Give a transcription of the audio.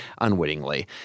unwittingly